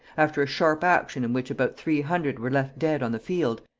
after a sharp action in which about three hundred were left dead on the field,